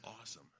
awesome